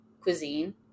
cuisine